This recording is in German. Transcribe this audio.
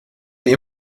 wie